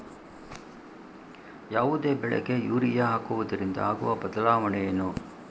ಯಾವುದೇ ಬೆಳೆಗೆ ಯೂರಿಯಾ ಹಾಕುವುದರಿಂದ ಆಗುವ ಬದಲಾವಣೆ ಏನು?